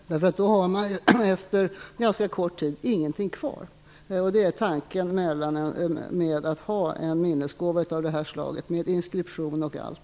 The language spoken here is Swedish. Då har man efter ganska kort tid ingenting kvar. Det är därför bättre med en minnesgåva av föreskrivet slag, med inskription och allt.